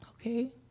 okay